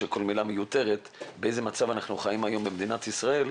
שכל מילה מיותרת באיזה מצב אנחנו חיים היום במדינת ישראל.